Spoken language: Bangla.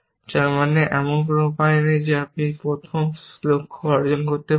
যার মানে এমন কোন উপায় নেই যে আপনি প্রথম লক্ষ্য অর্জন করতে পারবেন